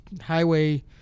Highway